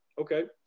Okay